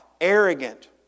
arrogant